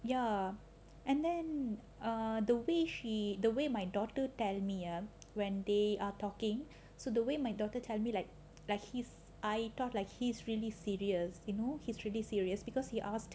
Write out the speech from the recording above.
ya and then err the way she the way my daughter tell me uh when they are talking so the way my daughter tell me like like he's I talk like he's really serious you know he's really serious because he asked